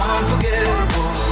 Unforgettable